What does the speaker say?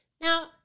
Now